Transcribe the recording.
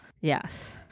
Yes